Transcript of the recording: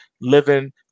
living